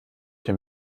den